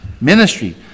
ministry